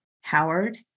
Howard